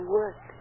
work